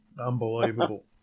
Unbelievable